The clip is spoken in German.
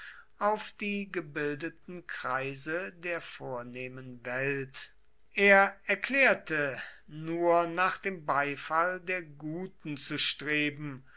auf die gebildeten kreise der vornehmen welt er erklärte nur nach dem beifall der guten zu streben